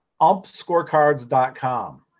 umpscorecards.com